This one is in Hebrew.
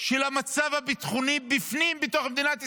של מצב ביטחון הפנים במדינת ישראל.